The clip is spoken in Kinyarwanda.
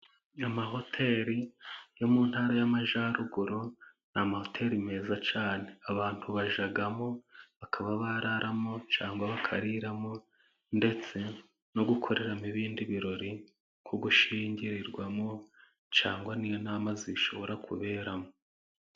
Amahoteli yo mu ntara y'amajyaruguru ni amahoteli meza cyane abantu bajyagamo bakaba bararamo cyangwa bakariramo ndetse no gukoreramo ibindi birori nko gushyingirirwamo cyangwa n'inama zishobora kuberamo.